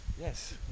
Yes